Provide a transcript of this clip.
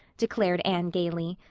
declared anne gaily.